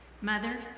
Mother